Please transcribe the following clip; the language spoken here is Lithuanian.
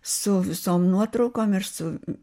su visom nuotraukom ir su